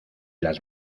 las